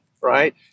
right